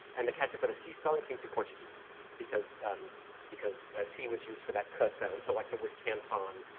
and that catsup with the c spelling came through portuguese because because a c was used for that k sound, so like the word canton,